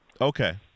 Okay